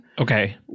Okay